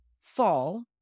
fall